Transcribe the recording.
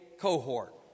cohort